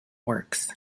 works